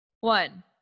One